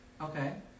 Okay